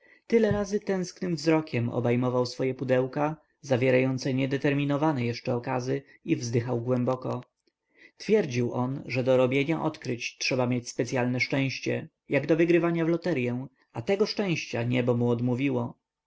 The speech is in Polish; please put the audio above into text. tyle razy tęsknym wzrokiem obejmował swoje pudełka zawierające niedeterminowane jeszcze okazy i wzdychał głęboko twierdził on że do robienia odkryć trzeba mieć specyalne szczęście jak do wygrywania w loteryę a tego szczęścia niebo mu odmówiło